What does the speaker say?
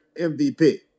MVP